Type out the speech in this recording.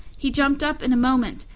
he jumped up in a moment,